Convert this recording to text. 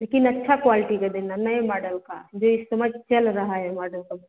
लेकिन अच्छा क्वालिटी का देना नए मॉडल का जो इस समय चल रहा है मॉडल तो